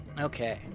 Okay